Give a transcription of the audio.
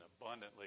abundantly